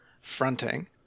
fronting